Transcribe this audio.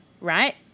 right